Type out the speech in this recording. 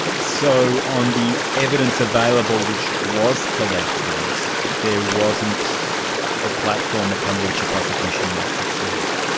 so on the evidence available which was collected, there wasn't the platform upon which a prosecution might succeed?